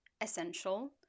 essential